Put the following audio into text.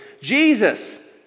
Jesus